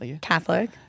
Catholic